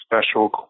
special